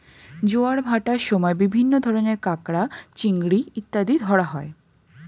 জোয়ার ভাটার সময় বিভিন্ন ধরনের কাঁকড়া, চিংড়ি ইত্যাদি ধরা হয়